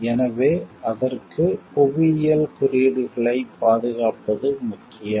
எனவே அதற்கு புவியியல் குறியீடுகளைப் பாதுகாப்பது முக்கியம்